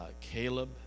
Caleb